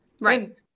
Right